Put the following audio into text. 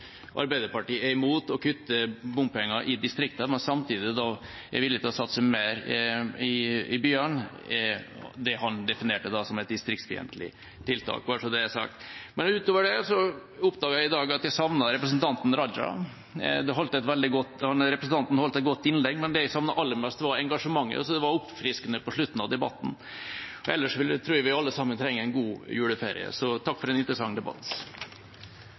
Arbeiderpartiet er imot å kutte bompenger i distriktene, men samtidig er villig til å satse mer i byene. Det var det han da definerte som et distriktsfiendtlig tiltak, bare så det er sagt. Men utover det oppdaget jeg i dag at jeg savnet representanten Raja. Representanten holdt et godt innlegg, men det jeg savnet aller mest, var engasjementet. Det var oppfriskende på slutten av debatten. Ellers vil jeg tro vi alle sammen trenger en god juleferie, så takk for en interessant debatt.